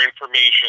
information